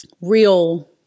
real